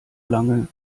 lange